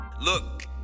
Look